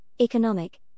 economic